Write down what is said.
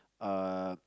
uh